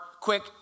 quick